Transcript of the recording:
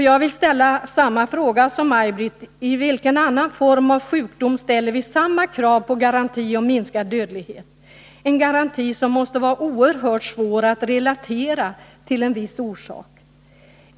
Jag vill ställa samma fråga som Maj Britt Theorin: Vid vilken annan form av sjukdom ställer vi samma krav på garanti om minskad dödlighet? Denna eventuellt minskade dödlighet måste vara oerhört svår att relatera till en viss orsak.